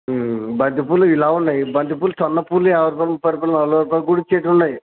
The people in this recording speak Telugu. బంతి పూలు ఇలా ఉన్నాయి బంతి పూలు సన్న పూలు యాభై రూపాయలు కాదు నలభై రూపాయలకి కూడా ఇచ్చేలాంటివి ఉన్నయి